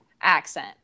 accent